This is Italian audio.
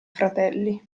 fratelli